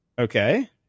Okay